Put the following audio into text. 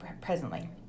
presently